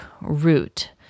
root